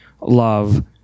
love